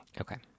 Okay